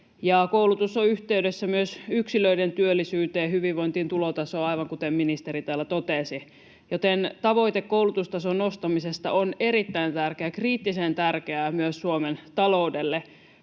koulutus on yhteydessä myös yksilöiden työllisyyteen, hyvinvointiin, tulotasoon, aivan kuten ministeri täällä totesi, joten tavoite koulutustason nostamisesta on erittäin tärkeä, kriittisen tärkeä myös Suomen taloudelle.